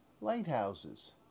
lighthouses